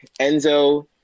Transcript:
Enzo